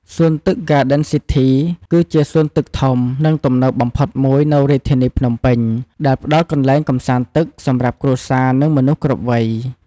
សួនទឹកហ្គាដិនស៊ីធី គឺជាសួនទឹកធំ និងទំនើបបំផុតមួយនៅរាជធានីភ្នំពេញ ដែលផ្តល់កន្លែងកម្សាន្តទឹកសម្រាប់គ្រួសារ និងមនុស្សគ្រប់វ័យ។